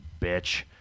bitch